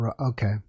okay